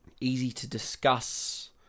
easy-to-discuss